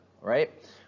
right